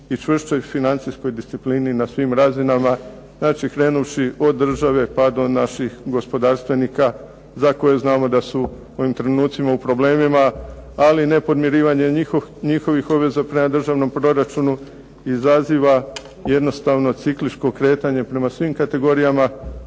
i čvršćoj financijskoj disciplini na svim razinama, znači krenuvši od države pa do naših gospodarstvenika za koje znamo da su u ovim trenucima u problemima, ali nepodmirivanje njihovih obveza prema državnom proračunu izaziva jednostavno cikličko kretanje prema svim kategorijama